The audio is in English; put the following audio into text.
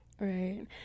Right